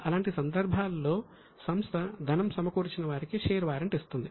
అలాంటి సందర్భంలో సంస్థ ధనం సమకూర్చిన వారికి షేర్ వారెంట్ ఇస్తుంది